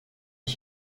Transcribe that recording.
ich